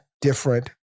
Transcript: different